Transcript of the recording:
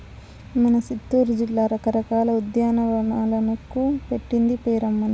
మన సిత్తూరు జిల్లా రకరకాల ఉద్యానవనాలకు పెట్టింది పేరమ్మన్నీ